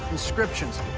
inscriptions.